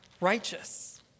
righteous